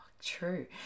true